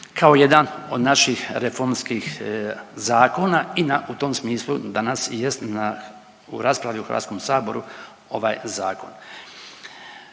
kao jedan od naših reformskih zakona. I u tom smislu danas jest na raspravi u Hrvatskom saboru ovaj zakon.